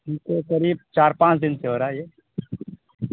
کیونکہ قریب چار پانچ دن سے ہو رہا ہے یہ